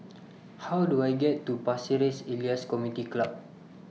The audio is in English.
How Do I get to Pasir Ris Elias Community Club